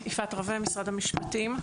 יפעת רווה, משרד המשפטים.